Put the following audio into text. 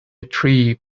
tree